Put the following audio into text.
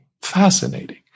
fascinating